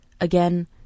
Again